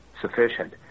sufficient